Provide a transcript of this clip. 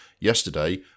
yesterday